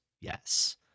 Yes